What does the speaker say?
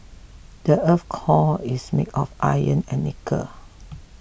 the earth's core is made of iron and nickel